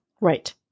Right